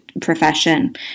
profession